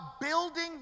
building